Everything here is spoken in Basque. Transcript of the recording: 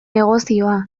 negozioa